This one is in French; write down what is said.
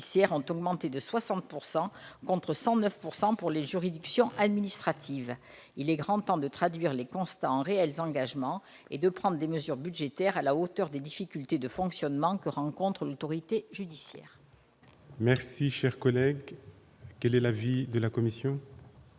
ont augmenté de 60 %, contre 109 % pour les juridictions administratives. Il est grand temps de traduire ces constats en engagements réels et de prendre des mesures budgétaires à la hauteur des difficultés de fonctionnement que rencontre l'autorité judiciaire. Quel est l'avis de la commission ?